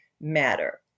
matter